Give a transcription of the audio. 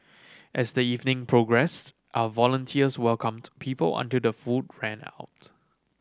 as the evening progressed our volunteers welcomed people until the food ran out